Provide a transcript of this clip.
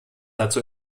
dazu